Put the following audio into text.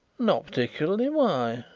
not particularly, why?